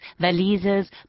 valises